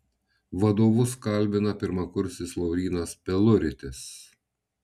vadovus kalbina pirmakursis laurynas peluritis